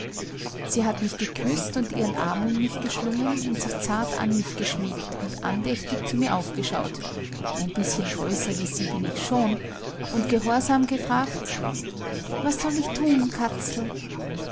sie hat mich geküßt und ihren arm um mich geschlungen und sich zart an mich geschmiegt und andächtig zu mir aufgeschaut ein bißchen größer wie sie bin ich schon und gehorsam gefragt was soll ich tun katzel